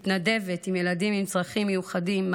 מתנדבת עם ילדים עם צרכים מיוחדים,